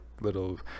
little